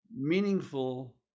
meaningful